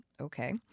okay